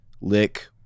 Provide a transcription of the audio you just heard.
lick